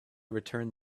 returned